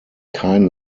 kein